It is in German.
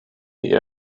die